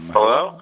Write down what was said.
Hello